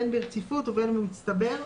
בין ברציפות ובין במצטבר.